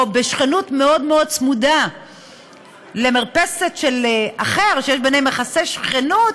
או בשכנות מאוד מאוד צמודה למרפסת של אחר שיש ביניהם יחסי שכנות,